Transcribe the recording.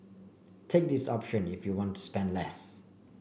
take this option if you want to spend less